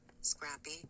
scrappy